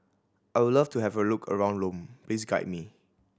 I would love to have a look around Lome please guide me